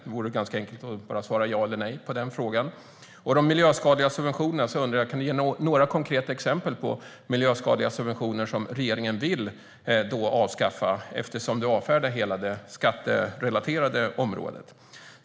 Det vore ganska enkelt att bara svara ja eller nej på den frågan. När det gäller de miljöskadliga subventionerna undrar jag om Åsa Romson kan ge några konkreta exempel på miljöskadliga subventioner som regeringen vill avskaffa, eftersom hon avfärdar hela det skatterelaterade området.